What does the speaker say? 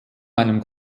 einem